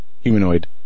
humanoid